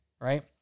right